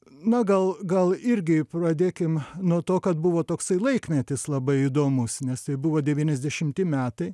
na gal gal irgi pradėkim nuo to kad buvo toksai laikmetis labai įdomus nes tai buvo devyniasdešimti metai